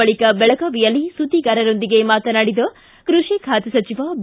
ಬಳಿಕ ಬೆಳಗಾವಿಯಲ್ಲಿ ಸುದ್ದಿಗಾರರೊಂದಿಗೆ ಮಾತನಾಡಿದ ಕೃಷಿ ಖಾತೆ ಸಚಿವ ಬಿ